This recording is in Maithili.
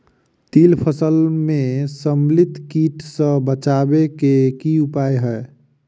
तिल फसल म समेकित कीट सँ बचाबै केँ की उपाय हय?